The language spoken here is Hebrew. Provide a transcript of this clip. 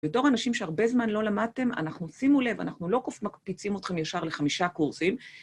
בתור אנשים שהרבה זמן לא למדתם, אנחנו, שימו לב, אנחנו לא מקפיצים אתכם ישר לחמישה קורסים.